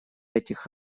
этих